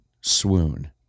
swoon